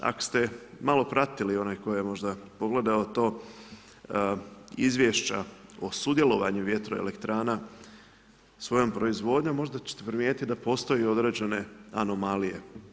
Ako ste malo pratili, onaj koji je možda pogledao to, izvješća o sudjelovanju vjetroelektrana svojom proizvodnjom, možda ćete primijetit da postoje određene anomalije.